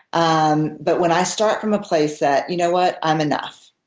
um but when i start from a place that, you know what? i'm enough.